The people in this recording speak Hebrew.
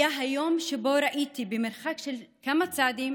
היה היום שבו ראיתי במרחק של כמה צעדים